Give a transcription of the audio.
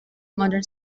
modern